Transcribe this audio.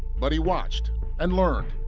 but he watched and learned.